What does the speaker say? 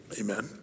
amen